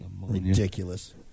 Ridiculous